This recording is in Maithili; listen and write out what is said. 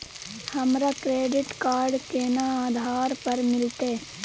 हमरा क्रेडिट कार्ड केना आधार पर मिलते?